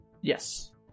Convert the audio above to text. Yes